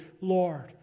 Lord